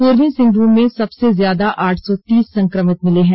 पूर्वी सिंहभूम में सबसे ज्यादा आठ र्सो तीस संक्रमित मिले हैं